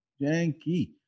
janky